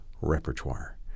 repertoire